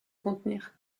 contenir